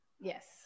yes